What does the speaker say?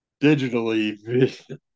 digitally